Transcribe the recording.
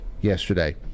yesterday